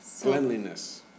Cleanliness